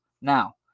Now